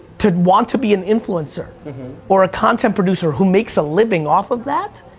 to want to be an influencer or a content producer who makes a living off of that,